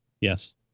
Yes